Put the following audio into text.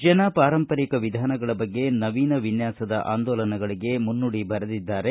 ಜನ ಪಾರಂಪರಿಕ ವಿಧಾನಗಳ ಬಗ್ಗೆ ನವೀನ ವಿನ್ಯಾಸದ ಆಂದೋಲನಗಳಿಗೆ ಮುನ್ನುಡಿ ಬರೆದಿದ್ದಾರೆ